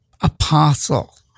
apostle